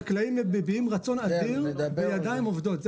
חקלאים מביעים רצון אדיר בידיים עובדות.